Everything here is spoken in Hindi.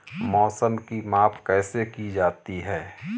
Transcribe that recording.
मौसम की माप कैसे की जाती है?